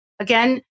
Again